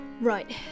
Right